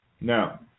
Now